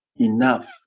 enough